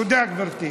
תודה, גברתי.